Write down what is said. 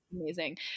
amazing